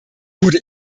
wurde